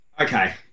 Okay